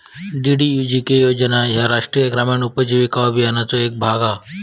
DDUGK योजना ह्या राष्ट्रीय ग्रामीण उपजीविका अभियानाचो येक भाग असा